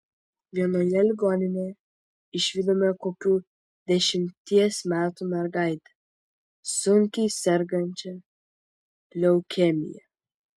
vienoje ligoninėje išvydome kokių dešimties metų mergaitę sunkiai sergančią leukemija